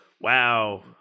Wow